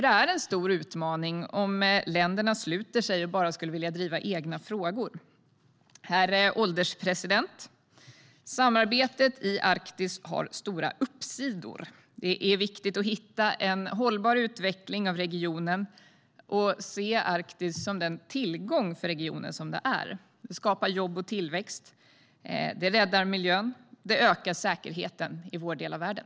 Det är en stor utmaning om länderna sluter sig och bara vill driva sina egna frågor. Herr ålderspresident! Samarbetet i Arktis har stora uppsidor. Det är viktigt att hitta en hållbar utveckling av regionen och att se Arktis som den tillgång för regionen som det är. Det skapar jobb och tillväxt. Det räddar miljön. Det ökar säkerheten i vår del av världen.